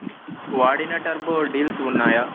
coordinator board deals ఉన్నాయా